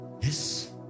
Yes